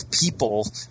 people